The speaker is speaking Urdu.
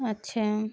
اچھا